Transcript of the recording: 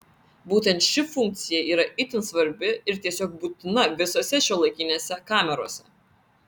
būtent ši funkcija yra itin svarbi ir tiesiog būtina visose šiuolaikinėse kamerose